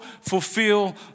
fulfill